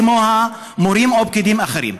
כמו מורים או פקידים ואחרים.